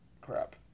Crap